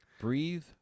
Breathe